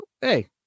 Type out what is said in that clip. hey